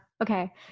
Okay